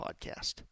podcast